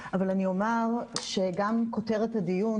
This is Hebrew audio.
אבל אני אומר שגם כותרת הדיון